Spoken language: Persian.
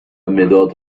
مداد